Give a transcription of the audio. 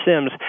Sims